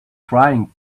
frying